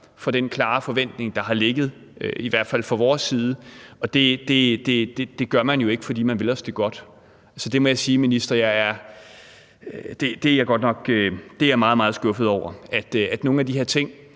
fra den klare forventning, der har ligget i hvert fald fra vores side, og det gør man jo ikke, fordi man vil os det godt. Så det må jeg sige, minister: Det er jeg meget, meget skuffet over; nogle af de her ting,